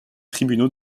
tribunaux